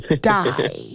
die